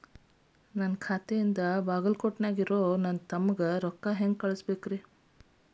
ನನ್ನ ಖಾತೆಯಿಂದ ಬಾಗಲ್ಕೋಟ್ ನ್ಯಾಗ್ ಇರೋ ನನ್ನ ತಮ್ಮಗ ರೊಕ್ಕ ಹೆಂಗ್ ಕಳಸಬೇಕ್ರಿ?